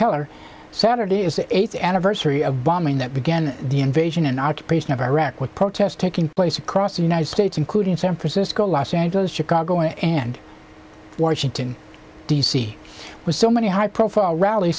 killer saturday is the eighth anniversary of bombing that began the invasion and occupation of iraq with protests taking place across the united states including san francisco los angeles chicago and washington d c with so many high profile rall